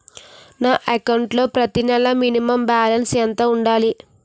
నా అకౌంట్ లో ప్రతి నెల మినిమం బాలన్స్ ఎంత ఉండాలి?